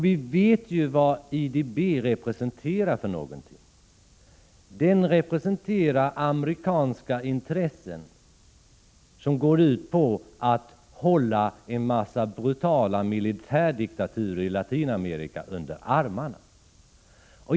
Vi vet ju vad IDB representerar IDB representerar amerikanska intressen, och dess verksamhet går ut på att hålla en mängd brutala militärdiktaturer i Latinamerika under armarna.